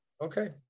Okay